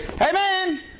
Amen